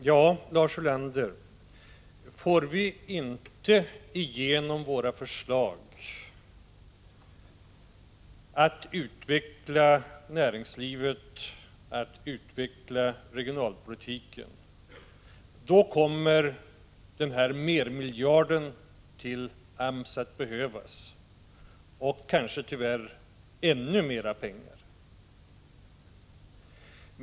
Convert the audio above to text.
Fru talman! Får vi inte igenom våra förslag att utveckla näringslivet, att utveckla regionalpolitiken, kommer en miljard till AMS att behövas och kanske tyvärr ännu mer, Lars Ulander.